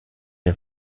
den